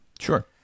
Sure